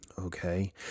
Okay